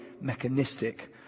mechanistic